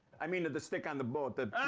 i mean the the stick on the boat, the